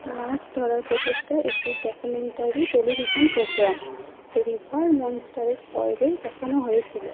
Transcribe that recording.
মাছ ধরার প্রচেষ্টা একটি ডকুমেন্টারি টেলিভিশন প্রোগ্রাম রিভার মনস্টারের পর্বেই দেখানো হয়েছিলো